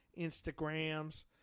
Instagrams